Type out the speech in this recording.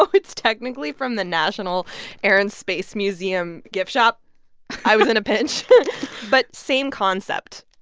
um it's technically from the national air and space museum gift shop i was in a pinch but same concept.